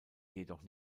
jedoch